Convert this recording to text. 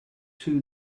two